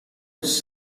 its